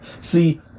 See